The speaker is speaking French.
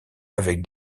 avec